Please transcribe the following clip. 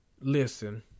Listen